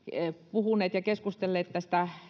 puhuneet ja keskustelleet tästä